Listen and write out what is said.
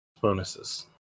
bonuses